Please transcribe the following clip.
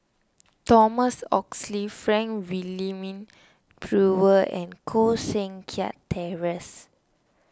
Thomas Oxley Frank Wilmin Brewer and Koh Seng Kiat Terence